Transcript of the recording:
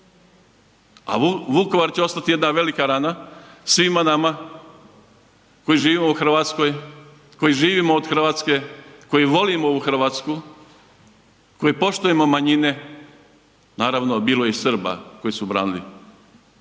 A Vukovar će ostati jedna velika rana svima nama koji živimo u Hrvatskoj, koji živimo od Hrvatske, koji volimo ovu Hrvatsku, koji poštujemo manjine, naravno bilo je i Srba koji su branili